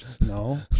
No